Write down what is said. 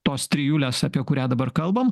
tos trijulės apie kurią dabar kalbam